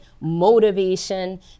motivation